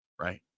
right